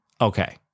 Okay